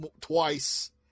twice